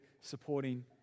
supporting